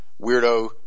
weirdo